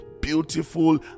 beautiful